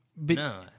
No